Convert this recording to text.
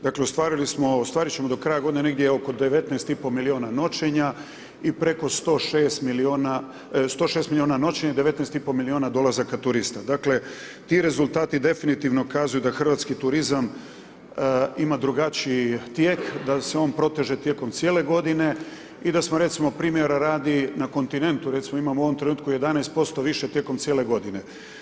Dakle, ostvarili smo, ostvarit ćemo do kraja godine negdje oko 19,5 miliona noćenja i preko 106 miliona, 106 miliona noćenja i 19,5 miliona dolazaka turista, dakle ti rezultati definitivno ukazuju da hrvatski turizam ima drugačiji tijek da se on proteže tijekom cijele godine i da smo recimo primjera radi na kontinentu recimo imamo u ovom trenutku 11% više tijekom cijele godine.